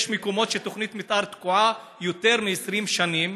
יש מקומות שתוכנית מתאר תקועה יותר מ-20 שנים,